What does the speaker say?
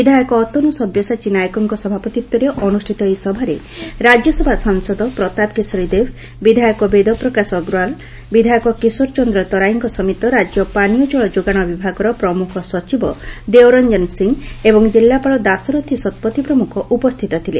ବିଧାୟକ ଅତନୁ ସବ୍ୟସାଚୀ ନାୟକଙ୍କ ସଭାପତିତ୍ୱରେ ଅନୁଷିତ ଏହି ସଭାରେ ରାଜ୍ୟସଭା ସାଂସଦ ପ୍ରତାପ କେଶରୀ ଦେବ ବିଧାୟକ ବେଦପ୍ରକାଶ ଅଗ୍ରଓ୍ୱାଲ ବିଧାୟକ କିଶୋର ଚନ୍ଦ୍ର ତରାଇଙ୍କ ସମେତ ରାଜ୍ୟ ପାନୀୟ ଜଳଯୋଗାଣ ବିଭାଗର ପ୍ରମୁଖ ସଚିବ ଦେଓ ରଞ୍ଞନ ସିଂହ ଏବଂ କିଲ୍ଲୁପାଳ ଦାଶରଥୀ ଶତପଥୀ ପ୍ରମୁଖ ଉପସ୍ଥିତ ଥିଲେ